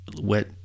wet